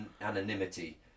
anonymity